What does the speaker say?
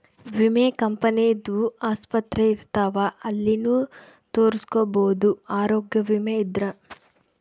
ವಿಮೆ ಕಂಪನಿ ದು ಆಸ್ಪತ್ರೆ ಇರ್ತಾವ ಅಲ್ಲಿನು ತೊರಸ್ಕೊಬೋದು ಆರೋಗ್ಯ ವಿಮೆ ಇದ್ರ